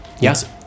Yes